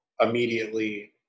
immediately